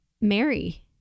Mary